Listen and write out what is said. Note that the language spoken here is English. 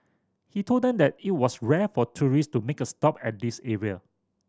he told them that it was rare for tourist to make a stop at this area